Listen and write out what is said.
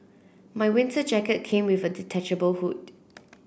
my winter jacket came with a detachable hood